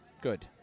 Good